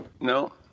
No